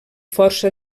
força